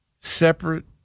Separate